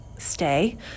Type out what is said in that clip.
stay